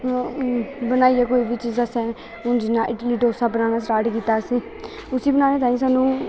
बनाईयै कोई बी चीज़ असैं हून जियां इडली डोसा बनाना स्टार्ट कीता असैं उसी बनानैं तांई साह्नू